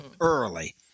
early